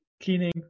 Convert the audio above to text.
cleaning